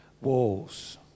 walls